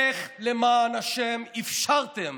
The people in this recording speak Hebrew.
איך למען השם אפשרתם